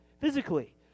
physically